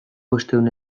bostehun